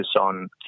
on